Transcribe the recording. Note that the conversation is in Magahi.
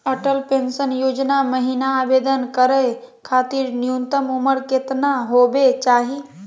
अटल पेंसन योजना महिना आवेदन करै खातिर न्युनतम उम्र केतना होवे चाही?